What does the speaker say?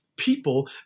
people